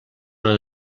una